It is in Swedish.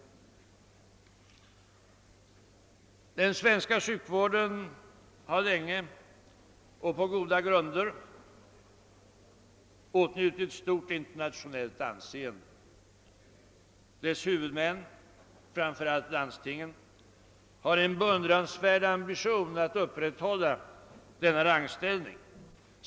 Den svenska sjukvården har länge och på goda grunder åtnjutit stort internationellt anseende. Dess huvudmän, och framför allt landstingen, har en beundrandsvärd ambition att upprätthålla denna rangställning.